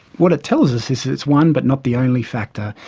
what it tells us is that it's one but not the only factor.